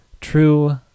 true